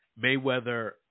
Mayweather